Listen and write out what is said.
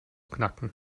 knacken